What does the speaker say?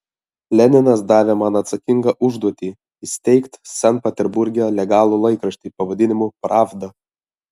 leninas davė man atsakingą užduotį įsteigti sankt peterburge legalų laikraštį pavadinimu pravda